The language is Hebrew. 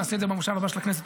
נעשה את זה במושב הבא של הכנסת,